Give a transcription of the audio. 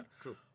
true